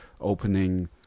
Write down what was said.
opening